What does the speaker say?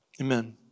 Amen